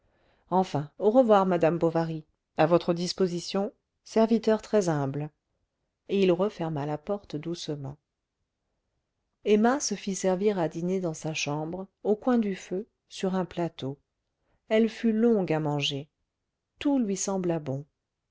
enfin au revoir madame bovary à votre disposition serviteur très humble et il referma la porte doucement emma se fit servir à dîner dans sa chambre au coin du feu sur un plateau elle fut longue à manger tout lui sembla bon